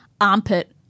armpit